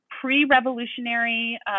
pre-revolutionary